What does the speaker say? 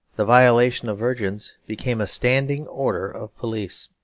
the violation of virgins became a standing order of police.